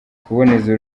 kuboneza